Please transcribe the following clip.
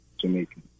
Jamaican